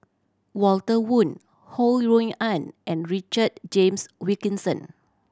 Walter Woon Ho Rui An and Richard James Wilkinson